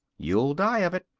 you'll die of it.